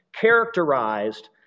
characterized